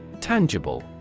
Tangible